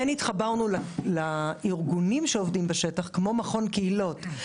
כן התחברנו לארגונים שעובדים בשטח כמו מכון קהילות,